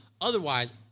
Otherwise